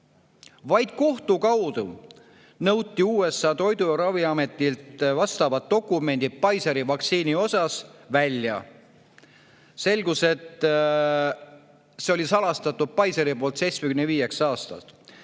Vaid kohtu kaudu nõuti USA toidu‑ ja ravimiametilt vastavad dokumendid Pfizeri vaktsiini kohta välja. Selgus, et see oli salastatud Pfizeri poolt 75 aastaks.